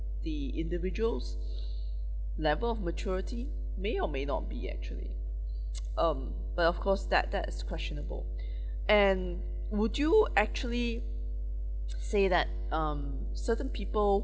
the individual's level of maturity may or may not be actually um but of course that that is questionable and would you actually say that um certain people